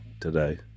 today